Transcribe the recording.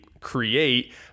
create